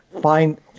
find